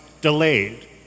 delayed